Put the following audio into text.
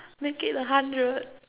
make it a hundred